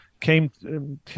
came